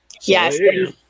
Yes